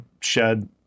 shed